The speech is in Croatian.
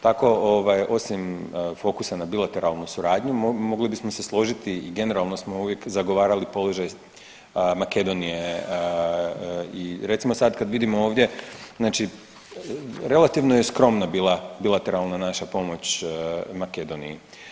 Tako ovaj osim fokusa na bilateralnu suradnju mogli bismo se složiti i generalno smo uvijek zagovarali položaj Makedonije i recimo sad kad vidimo ovdje, znači relativno je skromna bila bilateralna naša pomoć Makedoniji.